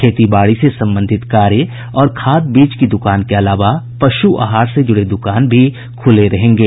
खेती बाड़ी से संबंधित कार्य और खाद बीज की दुकान के अलावा पशु आहार से जुड़े दुकान भी खुले रहेंगे